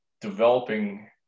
developing